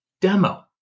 demo